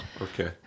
okay